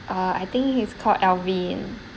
uh I think he's called alvin